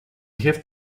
have